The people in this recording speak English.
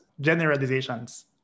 generalizations